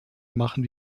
machen